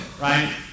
right